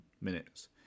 minutes